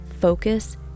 focus